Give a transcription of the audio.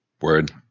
Word